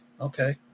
Okay